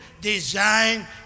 design